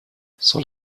soll